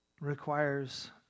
requires